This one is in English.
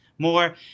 More